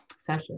session